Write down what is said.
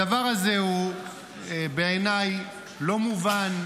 הדבר הזה בעיניי הוא לא מובן,